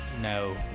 no